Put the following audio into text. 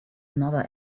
another